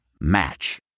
Match